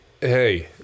Hey